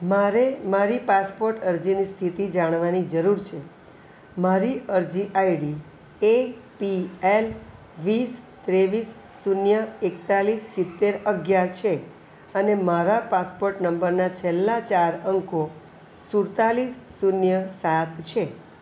મારે મારી પાસપોર્ટ અરજીની સ્થિતિ જાણવાની જરૂર છે મારી અરજી આઈડી એ પી એલ વીસ ત્રેવીસ શૂન્ય એકતાલીસ સિત્તેર અગિયાર છે અને મારા પાસપોર્ટ નંબરના છેલ્લા ચાર અંકો સુડતાલીસ શૂન્ય સાત છે